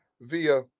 via